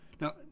Now